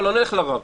לא נלך לרב.